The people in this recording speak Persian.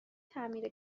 تعمیر